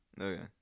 okay